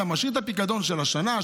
אתה משאיר את הפיקדון של השנה,